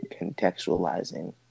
contextualizing